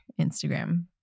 Instagram